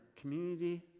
community